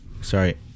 sorry